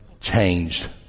changed